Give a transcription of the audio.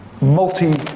multi